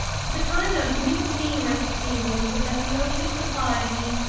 it's a kind of nicotine-rich seaweed that the ocean supplies me,